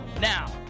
Now